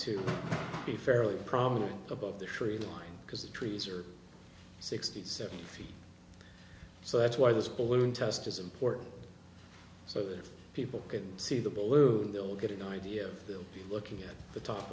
to be fairly prominent above the tree line because the trees are sixty seven feet so that's why this balloon test is important so that people can see the balloon they'll get an idea they'll be looking at the top